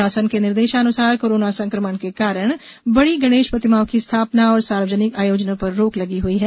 शासन के निर्देशानुसार कोरोना संकमण के कारण बड़ी गणेश प्रतिमाओं की स्थापना और सार्वजनिक आयोजनों पर रोक लगी हुई है